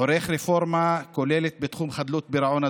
עורך רפורמה כוללת בתחום חדלות הפירעון,